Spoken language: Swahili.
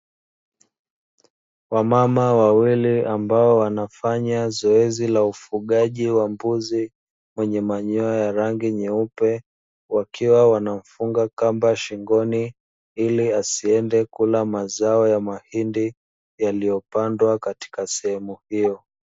Wamama wawili ambao wanafanya zoezi la ufugaji wa mbuzi wenye manyoya ya rangi nyeupe, wakiwa wanamfunga kamba shingoni ili asiende kula mazao ya mahindi yaliyo pandwa katika sehemu hiyo.